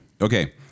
Okay